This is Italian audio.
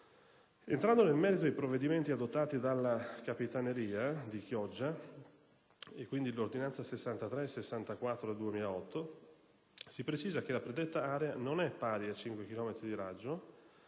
Entrando nel merito dei provvedimenti adottati dalla Capitaneria di Chioggia con le ordinanze n. 63 e n. 64 del 2008, si precisa che la predetta area non è pari a 5 chilometri di raggio,